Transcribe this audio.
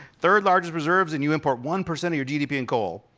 third largest reserves and you import one percent of your gdp in coal.